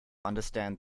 understand